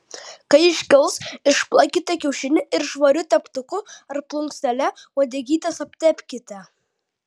kai iškils išplakite kiaušinį ir švariu teptuku ar plunksnele uodegytes aptepkite